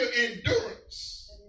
endurance